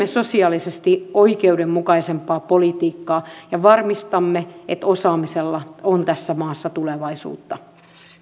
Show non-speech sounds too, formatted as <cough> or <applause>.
<unintelligible> sosiaalisesti oikeudenmukaisempaa politiikkaa ja varmistamme että osaamisella on tässä maassa tulevaisuutta